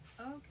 Okay